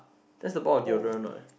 that's about the deodorant what